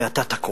ואתה תקוע.